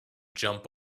jump